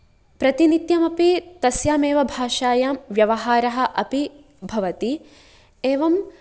प्रतिनित्यमपि तस्याम् एव भाषायां व्यवहारः अपि भवति एवं